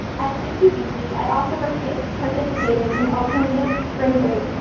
at ccbc i also participated participated in alternative spring break,